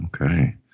Okay